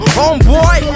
homeboy